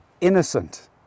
innocent